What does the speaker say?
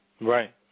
right